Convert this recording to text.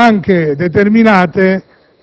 sono anche determinate